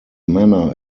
manner